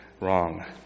wrong